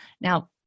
Now